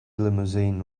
limousine